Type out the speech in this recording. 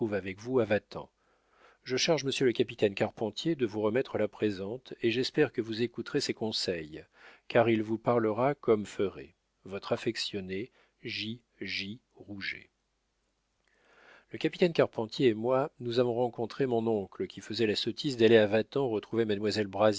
avec vous à vatan je charge monsieur le capitaine carpentier de vous remettre la présente et j'espère que vous écouterez ses conseils car il vous parlera comme ferait votre affectionné j j rouget le capitaine carpentier et moi nous avons rencontré mon oncle qui faisait la sottise d'aller à vatan retrouver mademoiselle